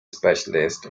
specialist